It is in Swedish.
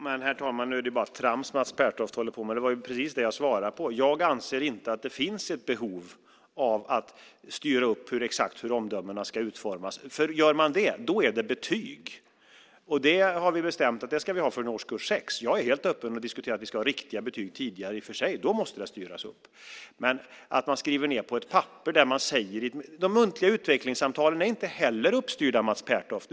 Herr talman! Nu är det bara trams Mats Pertoft håller på med. Det var ju precis det jag svarade på! Jag anser inte att det finns ett behov av att styra upp exakt hur omdömena ska utformas. Gör man det är det betyg, och det har vi bestämt att vi ska ha från årskurs 6. Jag är i och för sig helt öppen för att diskutera att vi ska ha riktiga betyg tidigare, och då måste det styras upp. Men att man skriver ned på ett papper det man säger är något annat. De muntliga utvecklingssamtalen är inte heller uppstyrda, Mats Pertoft.